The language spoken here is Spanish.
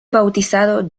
bautizado